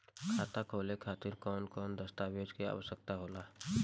खाता खोले खातिर कौन कौन दस्तावेज के आवश्यक होला?